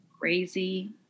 crazy